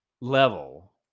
level